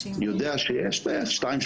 יודע שיש שתיים,